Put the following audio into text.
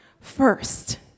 First